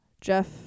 Jeff